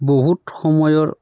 বহুত সময়ৰ